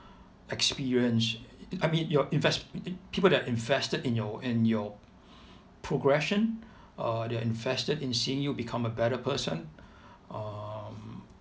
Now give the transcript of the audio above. experience I mean your invest~ people that invested in your in your progression uh they invested in seeing you become a better person um